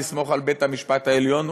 לסמוך על בית-המשפט העליון,